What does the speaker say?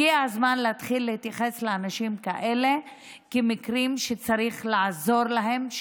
הגיע הזמן להתחיל להתייחס לאנשים כאלה כאל מי שצריך לעזור להם,